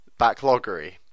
Backloggery